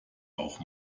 auch